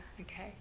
okay